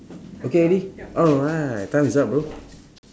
okay already alright time is up bro